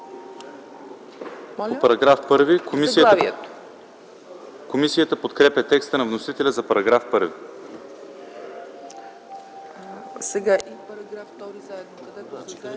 Комисията подкрепя текста на вносителя за § 8,